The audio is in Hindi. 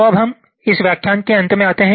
तो अब हम इस व्याख्यान के अंत में आते हैं